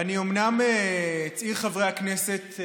אני אומנם צעיר חברי הכנסת,